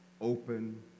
open